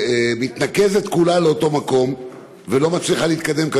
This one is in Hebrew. מתנקזת כולה לאותו מקום ולא מצליחה להתקדם,